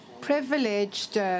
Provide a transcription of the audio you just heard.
privileged